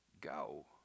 Go